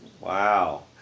Wow